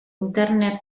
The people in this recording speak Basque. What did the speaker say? internet